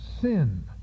Sin